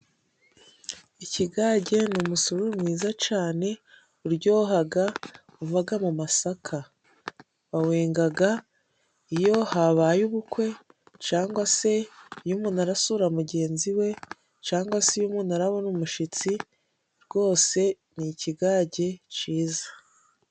Ikigage ni umusuru mwiza cane uryohaga, uvaga mu masaka .Bawengaga iyo habaye ubukwe cangwa se iyo umuntu arasura mugenzi we ,cangwa umuntu arabona umushitsi ,rwose ni ikigage ciza.